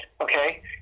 okay